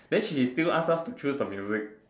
then she still ask us to choose the music